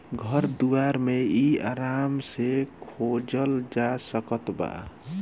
घर दुआर मे इ आराम से खोजल जा सकत बा